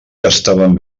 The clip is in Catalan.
estaven